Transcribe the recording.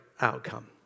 outcome